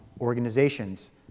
organizations